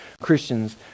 Christians